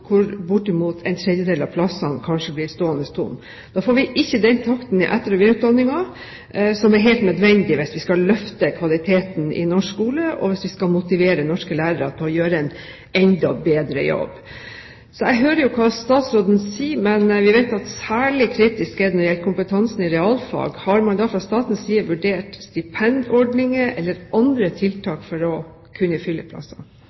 hvor bortimot en tredjedel av plassene kanskje blir stående tomme. Da får vi ikke den takten i etter- og videreutdanningen som er helt nødvendig hvis vi skal løfte kvaliteten i norsk skole, og hvis vi skal motivere norske lærere til å gjøre en enda bedre jobb. Jeg hører hva statsråden sier, men vi vet at det er særlig kritisk når det gjelder kompetansen i realfag. Har man fra statens side vurdert stipendordninger eller andre tiltak for å kunne fylle